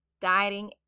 Dieting